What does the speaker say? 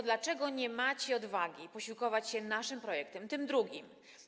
Dlaczego nie macie odwagi posiłkować się naszym projektem, tym drugim?